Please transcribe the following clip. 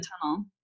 tunnel